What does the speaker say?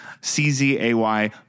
C-Z-A-Y